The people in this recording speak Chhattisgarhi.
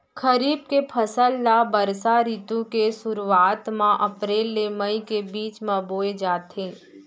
खरीफ के फसल ला बरसा रितु के सुरुवात मा अप्रेल ले मई के बीच मा बोए जाथे